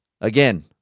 again